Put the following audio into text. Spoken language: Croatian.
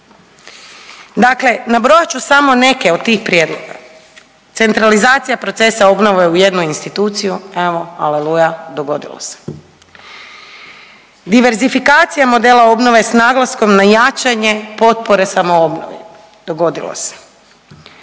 Dakle, nabrojat ću samo neke od tih prijedloga, centralizacija procesa obnove u jednu instituciju evo aleluja dogodilo se, diversifikacija modela obnove s naglaskom na jačanje potpore samoobnove dogodilo se,